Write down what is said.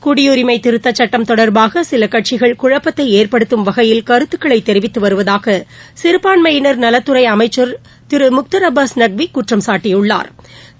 குடியுரிமை திருத்தச் சுட்டம் தொடர்பாக சில கட்சிகள் குழப்பத்தை ஏற்படுத்தும் வகையில் கருத்துக்களைத் தெரிவித்து வருவதாக சிறுபான்மயினா் நலத்துறை அமைச்சா் திரு முக்தா் அபாஸ் நக்வி குற்றம்சாட்டியுள்ளாா்